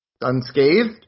unscathed